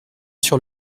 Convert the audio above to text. sur